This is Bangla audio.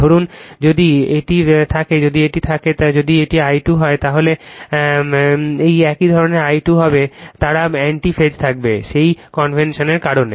ধরুন যদি এটি থাকে যদি এটি থাকে যদি এই I2 হয় তাহলে কি কল তাহলে এই এক এই এক I2 হবে তারা অ্যান্টি ফেজে থাকবে সেই কনভেনশনের কারণে